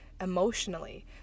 emotionally